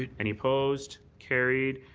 you know any opposed? carried.